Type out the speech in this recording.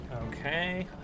Okay